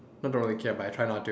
not don't really care but I try not to